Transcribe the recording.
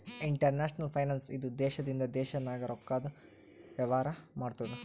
international finance ಇದು ದೇಶದಿಂದ ದೇಶ ನಾಗ್ ರೊಕ್ಕಾದು ವೇವಾರ ಮಾಡ್ತುದ್